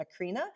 Macrina